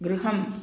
गृहम्